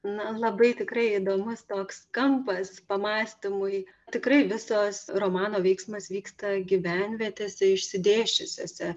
na labai tikrai įdomus toks kampas pamąstymui tikrai visos romano veiksmas vyksta gyvenvietėse išsidėsčiusiose